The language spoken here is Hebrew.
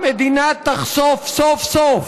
המדינה תחשוף סוף-סוף,